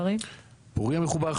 פורייה וזיו מחוברים?